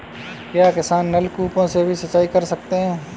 क्या किसान नल कूपों से भी सिंचाई कर सकते हैं?